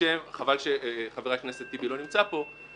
חבל שחבר הכנסת טיבי לא נמצא פה,